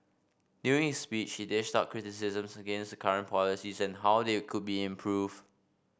during his speech he dished out criticisms against the current policies and how they could be improved